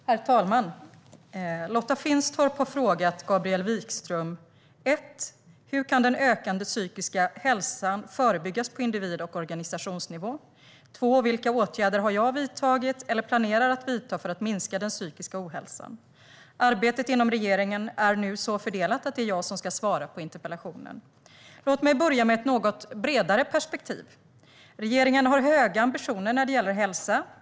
Herr talman! Lotta Finstorp har frågat Gabriel Wikström: Hur kan den ökade psykiska ohälsan förebyggas på individ och organisationsnivå? Vilka åtgärder har man vidtagit eller planerar att vidta för att minska den psykiska ohälsan? Arbetet inom regeringen är nu så fördelat att det är jag som ska svara på interpellationen. Låt mig börja med ett något bredare perspektiv. Regeringen har höga ambitioner när det gäller hälsa.